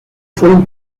fueron